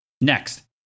Next